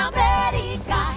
America